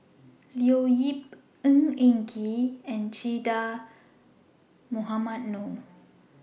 Leo Yip Ng Eng Kee and Che Dah Mohamed Noor